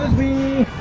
the